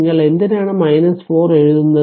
നിങ്ങൾ എന്തിനാണ് 4 എഴുതുന്നത്